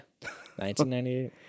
1998